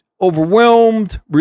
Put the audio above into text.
overwhelmed